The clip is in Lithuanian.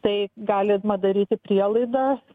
tai galima daryti prielaidą